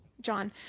John